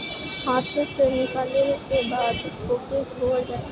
हाथे से निकलले के बाद ओके धोवल जाला